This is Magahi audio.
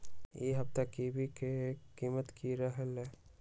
ई सप्ताह कोवी के कीमत की रहलै?